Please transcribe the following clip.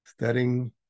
studying